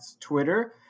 Twitter